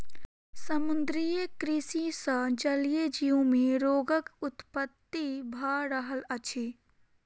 समुद्रीय कृषि सॅ जलीय जीव मे रोगक उत्पत्ति भ रहल अछि